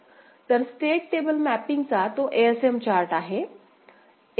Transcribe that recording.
तर state table मॅपिंगचा तो ASM चार्ट आहे